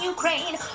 Ukraine